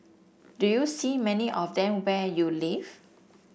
do you see many of them where you live